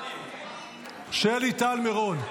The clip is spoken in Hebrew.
שלי טל מירון,